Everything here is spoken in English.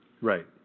Right